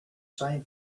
same